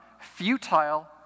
futile